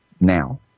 now